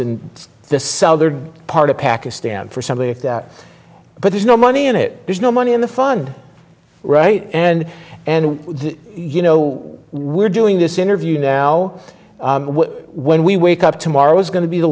in the southern part of pakistan for something if that but there's no money in it there's no money in the fund right and and you know we're doing this interview now when we wake up tomorrow is going to be the